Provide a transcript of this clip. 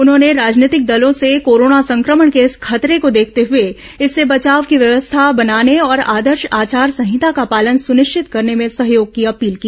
उन्होंने राजनीतिक दलों से कोरोना संक्रमण के खतरे को देखते हुए इससे बचाव की व्यवस्था बनाने और आदर्श आचार संहिता का पालन सुनिश्चित करने में सहयोग की अपील की